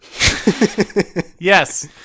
Yes